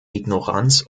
ignoranz